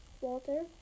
Walter